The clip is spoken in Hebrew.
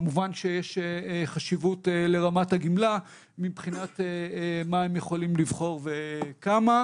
כמובן שיש חשיבות לרמת הגמלה מבחינת מה הם יכולים לבחור וכמה.